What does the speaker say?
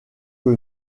que